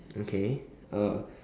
okay uh